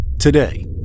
today